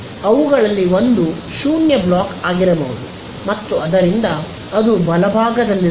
ಅವುಗಳಲ್ಲಿ ಒಂದು 0 ಬ್ಲಾಕ್ ಆಗಿರಬಹುದು ಮತ್ತು ಆದ್ದರಿಂದ ಅದು ಬಲಭಾಗದಲ್ಲಿರುತ್ತದೆ